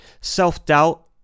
self-doubt